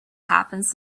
happens